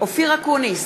אופיר אקוניס,